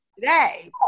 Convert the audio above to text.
today